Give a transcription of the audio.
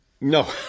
No